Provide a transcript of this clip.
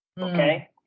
Okay